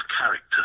character